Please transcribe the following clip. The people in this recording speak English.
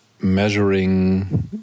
measuring